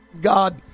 God